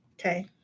okay